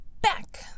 back